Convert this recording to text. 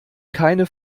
keine